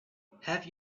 have